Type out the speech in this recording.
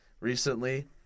Recently